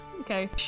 Okay